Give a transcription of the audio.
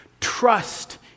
Trust